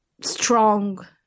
strong